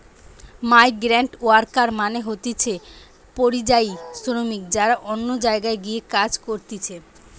migrant worker মানে হতিছে পরিযায়ী শ্রমিক যারা অন্য জায়গায় গিয়ে কাজ করতিছে